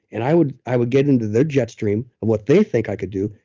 and i would i would get into their jetstream of what they think i could do.